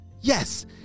Yes